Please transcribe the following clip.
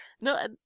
No